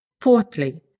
Fourthly